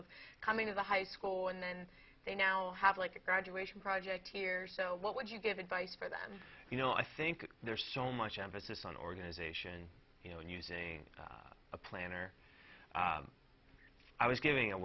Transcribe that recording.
with coming to the high school and then they now have like a graduation project here so what would you give advice but you know i think there's so much emphasis on organization you know and using a planner i was giving a